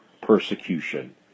persecution